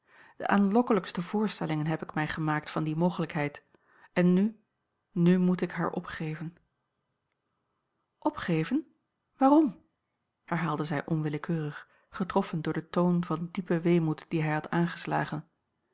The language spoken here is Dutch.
de aanlokkelijkste voorstellingen heb ik mij gemaakt van die mogelijkheid en nu nu moet ik haar opgeven opgeven waarom herhaalde zij onwillekeurig getroffen door den toon van diepen weemoed dien hij had aangeslagen